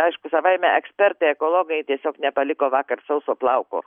aišku savaime ekspertai ekologai tiesiog nepaliko vakar sauso plauko